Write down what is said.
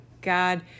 god